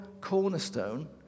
cornerstone